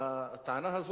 הטענה הזאת,